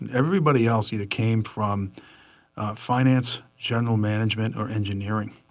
and everybody else either came from finance, general management, or engineering.